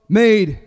made